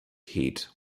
heat